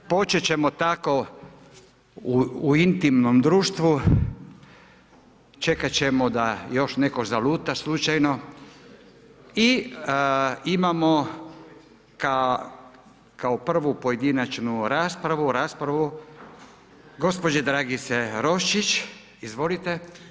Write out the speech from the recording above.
Početi ćemo tako u intimnom društvu, čekati ćemo da još netko zaluta slučajno i imamo kao prvu pojedinačnu raspravu gospođe Dragice Roščić, izvolite.